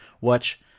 watch